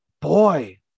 Boy